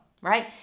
right